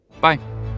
Bye